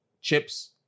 chips